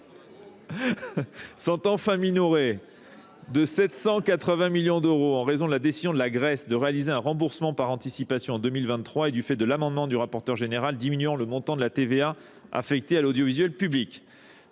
sont enfin minorés de 780 millions d'euros en raison de la décision de la Grèce de réaliser un remboursement par anticipation en 2023 et du fait de l'amendement du rapporteur général diminuant le montant de la TVA affectée à l'audiovisuel public.